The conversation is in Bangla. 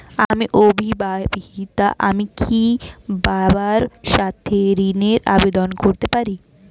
আমি অবিবাহিতা আমি কি বাবার সাথে ঋণের আবেদন করতে পারি?